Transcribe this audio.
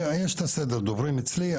יש את סדר הדוברים אצלי.